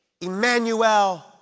Emmanuel